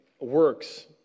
works